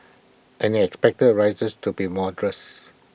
and he expected rises to be modest